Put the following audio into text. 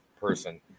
person